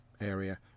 area